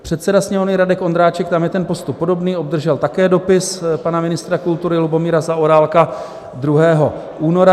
Předseda Sněmovny Radek Vondráček, tam je ten postup podobný, obdržel také dopis pana ministra kultury Lubomíra Zaorálka 2. února.